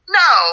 no